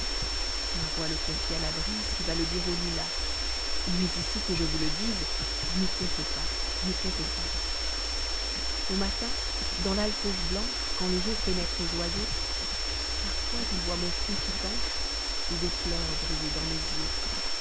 ma voix le confie à la brise qui va le redire aux lilas mais ici que je vous le dise n'y comptez pas n'y comptez pas au matin dans l'alcôve blanche quand le jour pénètre joyeux parfois il voit mon front qui penche et des pleurs briller dans mes yeux